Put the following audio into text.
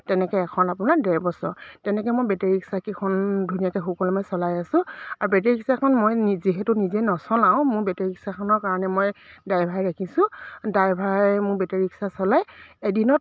তেনেকৈ এখন আপোনাৰ ডেৰ বছৰ তেনেকৈ মই বেটেৰী ৰিক্সাকেইখন ধুনীয়াকৈ সুকলমে চলাই আছোঁ আৰু বেটেৰী ৰিক্সাখন মই যিহেতু নিজে নচলাওঁ মোৰ বেটেৰী ৰিক্সাখনৰ কাৰণে মই ড্ৰাইভাৰ ৰাখিছোঁ ড্ৰাইভাৰে মোৰ বেটেৰী ৰিক্সা চলায় এদিনত